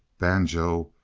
banjo,